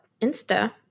Insta